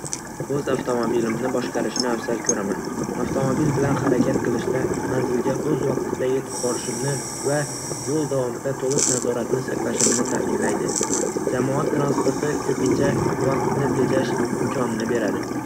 O'z avtomobilimni boshqarishni afzal ko'raman. Avtomobil bilan harakat qilishda manzilga o'z vaqtida yetib borishimni va yo'l davomida to'liq nazoratni saqlashimni ta'minlaydi. Jamoat transporti ko'pincha vaqtni tejash imkonini beradi.